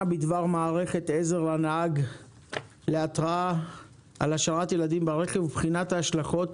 בדבר מערכת עזר לנהג להתראה על השארת ילדים ברכב ובחינת ההשלכות